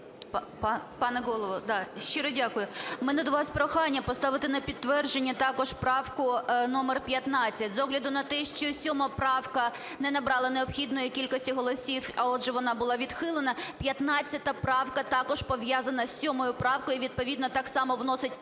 Пане Голово, щиро дякую. У мене до вас прохання поставити на підтвердження також правку номер 15 з огляду на те, що 7 правка не набрала необхідної кількості голосів, а отже, вона була відхилена. 15 правка також пов'язана з 7 правкою, відповідно так само вносить